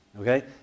Okay